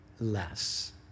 less